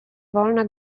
wolna